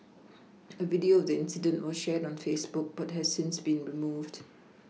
a video of the incident was shared on Facebook but has since been removed